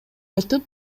айтып